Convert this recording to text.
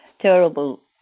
terrible